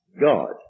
God